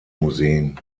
museen